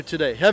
Today